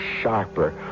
sharper